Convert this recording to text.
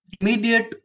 immediate